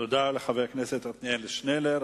תודה לחבר הכנסת עתניאל שנלר.